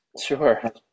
Sure